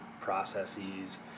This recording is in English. processes